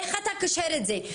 איך אתה קושר את זה?